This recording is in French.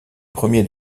premiers